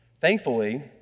Thankfully